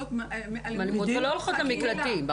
שסובלות מאלימות ---- ולא הולכות למקלטים.